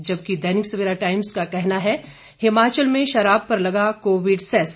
जबकि दैनिक सवेरा टाइम्स का कहना है हिमाचल में शराब पर लगा कोविड सैस